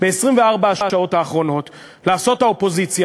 ב-24 השעות האחרונות האופוזיציה